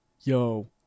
Yo